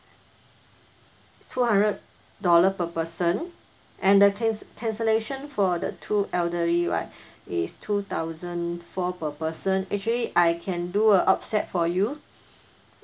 two hundred dollar per person and the canc~ cancellation for the two elderly right is two thousand four per person actually I can do a offset for you